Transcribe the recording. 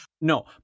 no